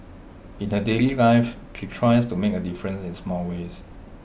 in her daily life she tries to make A difference in small ways